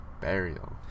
Burial